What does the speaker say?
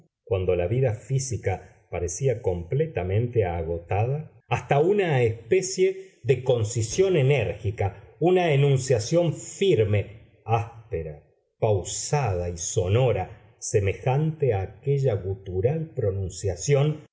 cuando la vida física parecía completamente agotada hasta una especie de concisión enérgica una enunciación firme áspera pausada y sonora semejante a aquella gutural pronunciación